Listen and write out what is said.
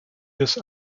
this